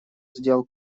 сделает